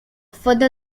further